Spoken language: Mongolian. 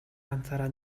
ганцаараа